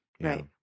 Right